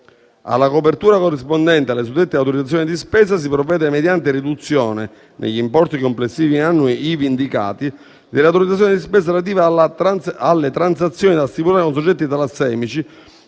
Alla copertura corrispondente alle suddette autorizzazioni di spesa si provvede mediante riduzione - negli importi complessivi annui ivi indicati - dell'autorizzazione di spesa relativa alle "transazioni da stipulare con soggetti talassemici